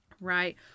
right